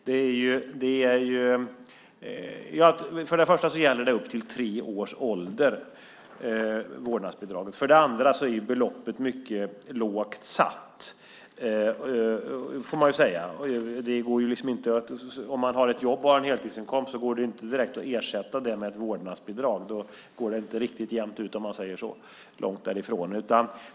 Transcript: För det första gäller vårdnadsbidraget upp till tre års ålder. För det andra är beloppet mycket lågt satt. Det får man säga. Om man har ett jobb och har en heltidsinkomst går det inte direkt att ersätta det med ett vårdnadsbidrag. Då går det inte riktigt jämnt ut, om man säger så, långt därifrån.